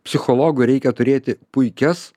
psichologui reikia turėti puikias